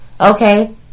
Okay